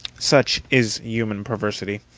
such is human perversity.